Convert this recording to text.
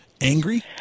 angry